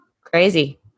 Crazy